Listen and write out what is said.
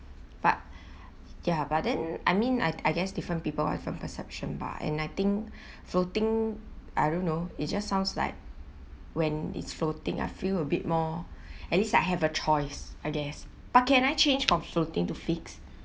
but ya but then I mean I I guess different people will have different perception bah and I think floating I don't know it just sounds like when it's floating I feel a bit more at least I have a choice I guess but can I change from floating to fixed